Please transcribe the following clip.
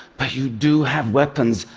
but you do have weapons.